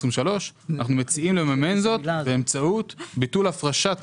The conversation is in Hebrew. אנחנו מציעים לממן זאת באמצעות ביטול הפרשת